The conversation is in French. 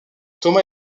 thomas